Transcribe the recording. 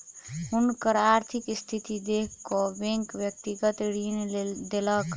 हुनकर आर्थिक स्थिति देख कअ बैंक व्यक्तिगत ऋण देलक